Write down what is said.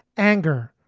anger,